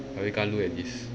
but you can't look at this